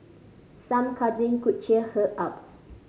some cuddling could cheer her up